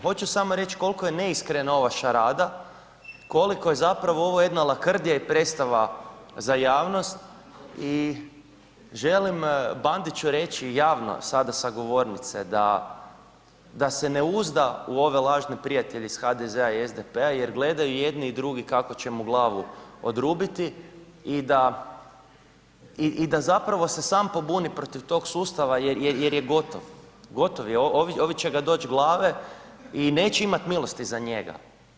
Hoću samo reći koliko je neiskrena ova šarada, koliko je zapravo ovo jedna lakrdija i predstava za javnost i želim Bandiću reći javno sada sa govornice da se ne uzda u ove lažne prijatelje iz HDZ-a i SDP-a jer gledaju jedni i drugi kako će mu glavu odrubiti i da zapravo se sam pobuni protiv tog sustava jer je gotov, gotov je, ovi će ga doć glave i neće imat milosti za njega.